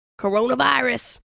coronavirus